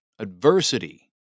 Adversity